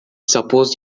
suppose